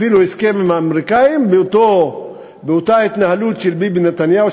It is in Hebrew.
אפילו הסכם עם האמריקנים באותה התנהלות של ביבי נתניהו,